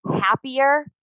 happier